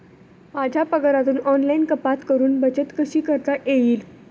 माझ्या पगारातून ऑनलाइन कपात करुन बचत कशी करता येईल?